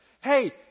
Hey